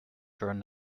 during